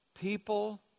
people